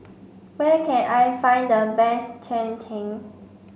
where can I find the best Cheng Tng